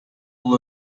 бул